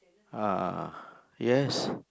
ah yes